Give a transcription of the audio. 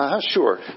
Sure